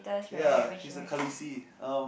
ya she's a Khaleesi um